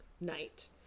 night